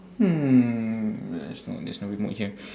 hmm there's no there's no remote here